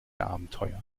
abenteuer